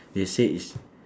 they say is